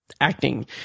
acting